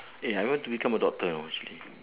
eh I want to become a doctor you know actually